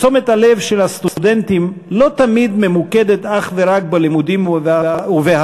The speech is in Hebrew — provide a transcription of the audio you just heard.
תשומת הלב של הסטודנטים לא תמיד ממוקדת אך ורק בלימודים ובהכשרה.